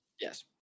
yes